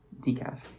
decaf